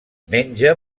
menja